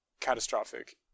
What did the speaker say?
catastrophic